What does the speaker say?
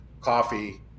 coffee